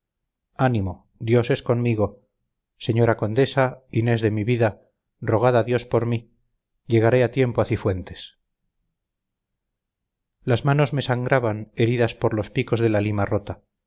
ánimo dios es conmigo señora condesa inés de mi vida rogad a dios por mí llegaré a tiempo a cifuentes las manos me sangraban heridas por los picos de la lima rota